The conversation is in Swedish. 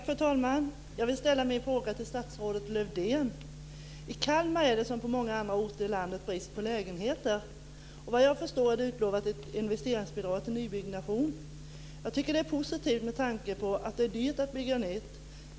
Fru talman! Jag vill ställa min fråga till statsrådet I Kalmar är det, som på många andra orter i landet, brist på lägenheter. Jag har förstått att det är utlovat ett investeringsbidrag till nybyggnation. Jag tycker att det är positivt, med tanke på att det är dyrt att bygga nytt.